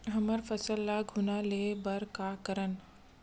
हमर फसल ल घुना ले बर का करन?